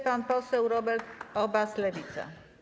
Pan poseł Robert Obaz, Lewica.